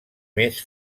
més